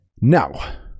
now